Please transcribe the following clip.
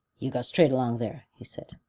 you go straight along there, he said,